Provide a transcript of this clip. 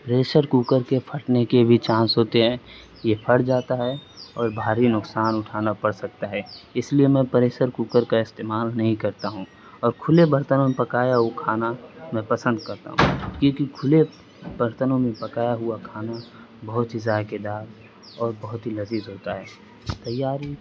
pressure cooker کے پھٹنے کے بھی چانس ہوتے ہیں یہ پھٹ جاتا ہے اور بھاری نقصان اٹھانا پڑ سکتا ہے اس لیے میں پریشر کوکر کا استعمال نہیں کرتا ہوں اور کھلے برتنوں میں پکایا ہوا کھانا میں پسند کرتا ہوں کیونکہ کھلے برتنوں میں پکایا ہوا کھانا بہت ہی ذائقے دار اور بہت ہی لذیذ ہوتا ہے تیاری